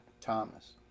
Thomas